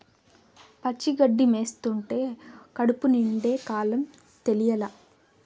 పచ్చి గడ్డి మేస్తంటే కడుపు నిండే కాలం తెలియలా